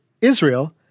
Israel